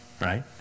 Right